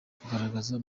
kugaragaza